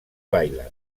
bailan